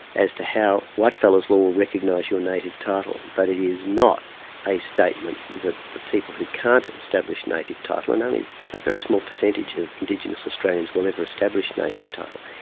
as to how whitefellas will will recognise your native title. but it is not a statement that the people who can't establish native title, and only a very small percentage of indigenous australians will ever establish native title,